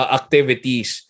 activities